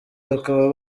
bakaba